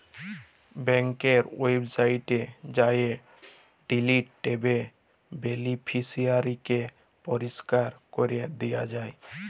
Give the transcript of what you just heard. ব্যাংকের ওয়েবসাইটে যাঁয়ে ডিলিট ট্যাবে বেলিফিসিয়ারিকে পরিষ্কার ক্যরে দিয়া যায়